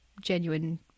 genuine